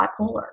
bipolar